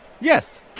Yes